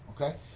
Okay